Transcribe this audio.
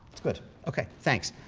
it's good. ok, thanks.